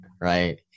right